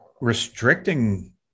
restricting